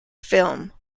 film